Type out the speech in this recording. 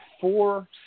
four